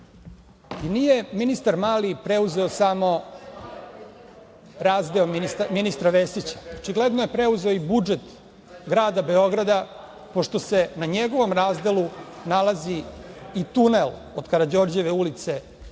ministar Mali preuzeo samo razdeo ministra Vesić. Očigledno je preuzeo i budžet Grada Beograda, pošto se na njegovom razdelu nalazi i tunel od Karađorđeve ulice do